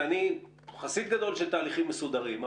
ואני חסיד גדול של תהליכים מסודרים,